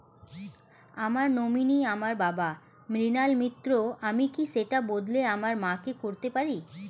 আমার নমিনি আমার বাবা, মৃণাল মিত্র, আমি কি সেটা বদলে আমার মা কে করতে পারি?